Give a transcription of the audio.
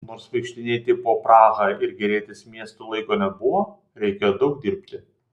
nors vaikštinėti po prahą ir gėrėtis miestu laiko nebuvo reikėjo daug dirbti